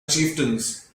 chieftains